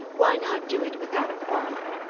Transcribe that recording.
why not do it without a quarrel?